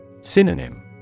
Synonym